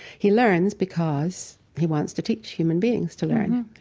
he learns because he wants to teach human beings to learn.